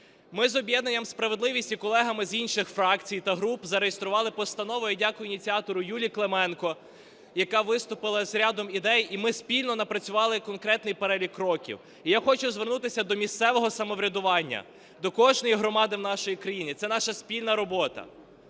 Ми з об'єднанням "Справедливість" і з колегами з інших фракцій та груп зареєстрували постанову, я дякую ініціатору Юлі Клименко, яка виступила з рядом ідей, і ми спільно напрацювали конкретний перелік кроків. І я хочу звернутися до місцевого самоврядування, до кожної громади в нашій країні. Це наша спільна робота